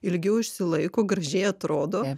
ilgiau išsilaiko gražiai atrodo